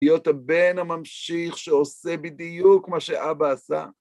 להיות הבן הממשיך שעושה בדיוק מה שאבא עשה.